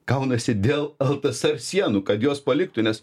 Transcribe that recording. kaunasi dėl ltsr sienų kad jos paliktų nes